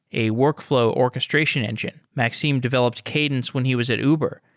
a workflow orchestration engine. maxim developed cadence when he was at uber,